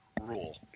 rule